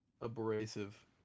abrasive